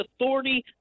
authority